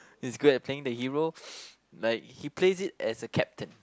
he's good at playing the hero like he plays it as a captain